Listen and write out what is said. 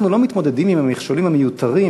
אנחנו לא מתמודדים עם המכשולים המיותרים,